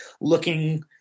looking